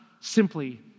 simply